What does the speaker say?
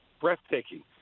breathtaking